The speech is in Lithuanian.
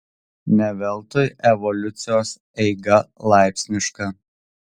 ne veltui evoliucijos eiga laipsniška